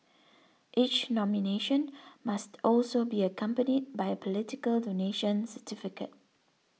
each nomination must also be accompanied by a political donation certificate